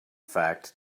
fact